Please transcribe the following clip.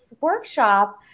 workshop